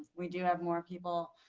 we do have more people